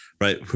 Right